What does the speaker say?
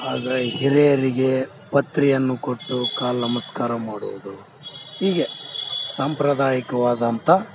ಆದರೆ ಈ ಹಿರಿಯರಿಗೆ ಪತ್ರಿಯನ್ನು ಕೊಟ್ಟು ಕಾಲು ನಮಸ್ಕಾರ ಮಾಡೋದು ಹೀಗೆ ಸಾಂಪ್ರದಾಯಕವಾದಂಥ